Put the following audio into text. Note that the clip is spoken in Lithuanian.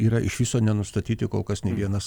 yra iš viso nenustatyti kol kas nei vienas